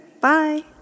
Bye